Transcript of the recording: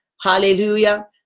Hallelujah